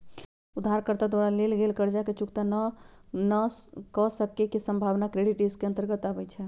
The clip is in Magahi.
उधारकर्ता द्वारा लेल गेल कर्जा के चुक्ता न क सक्के के संभावना क्रेडिट रिस्क के अंतर्गत आबइ छै